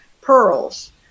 pearls